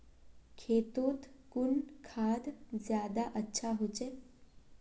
खेतोत कुन खाद ज्यादा अच्छा होचे?